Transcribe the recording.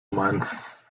meins